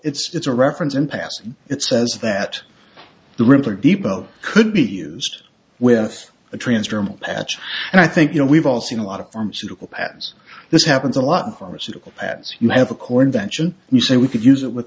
so it's a reference in passing it says that the ripper depot could be used with a transdermal patch and i think you know we've all seen a lot of pharmaceutical ads this happens a lot in pharmaceutical ads you have a core invention and you say we could use it with